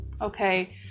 okay